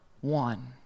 one